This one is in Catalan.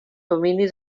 domini